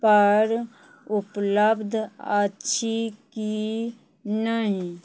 पर उपलब्ध अछि कि नहि